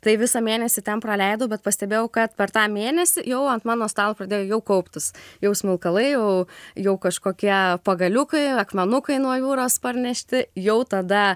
tai visą mėnesį ten praleidau bet pastebėjau kad per tą mėnesį jau ant mano stalo pradėjo jau kauptis jau smilkalai jau jau kažkokie pagaliukai akmenukai nuo jūros parnešti jau tada